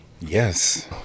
Yes